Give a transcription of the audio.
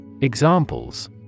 Examples